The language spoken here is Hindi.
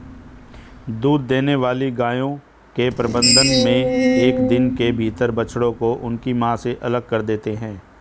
दूध देने वाली गायों के प्रबंधन मे एक दिन के भीतर बछड़ों को उनकी मां से अलग कर देते हैं